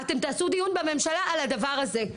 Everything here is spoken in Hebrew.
אתם תעשו דיון בממשלה על הדבר הזה.